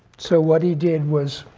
so what he did was